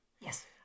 Yes